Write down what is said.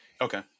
Okay